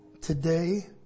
today